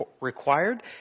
required